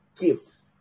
gifts